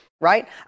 right